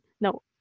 no